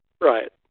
Right